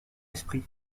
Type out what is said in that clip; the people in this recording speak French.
esprit